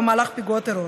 במהלך פיגוע טרור.